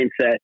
mindset